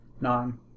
Nine